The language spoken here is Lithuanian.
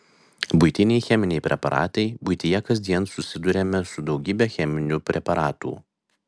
buitiniai cheminiai preparatai buityje kasdien susiduriame su daugybe cheminių preparatų